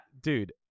dude